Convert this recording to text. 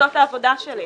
זאת העבודה שלי.